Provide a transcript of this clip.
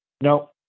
no